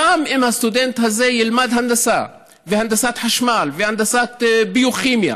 גם אם הסטודנט הזה ילמד הנדסה והנדסת חשמל והנדסת ביו-כימיה,